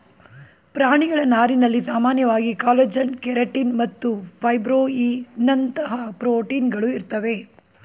ಪ್ರಾಣಿಗಳ ನಾರಿನಲ್ಲಿ ಸಾಮಾನ್ಯವಾಗಿ ಕಾಲಜನ್ ಕೆರಟಿನ್ ಮತ್ತು ಫೈಬ್ರೋಯಿನ್ನಂತಹ ಪ್ರೋಟೀನ್ಗಳು ಇರ್ತವೆ